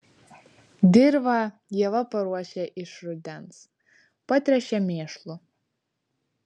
dirvą ieva paruošia iš rudens patręšia mėšlu